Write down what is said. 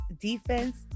defense